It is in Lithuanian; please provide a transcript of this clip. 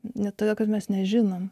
ne todėl kad mes nežinome